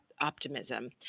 optimism